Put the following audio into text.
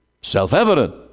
Self-evident